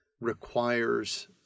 requires